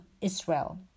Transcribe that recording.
Israel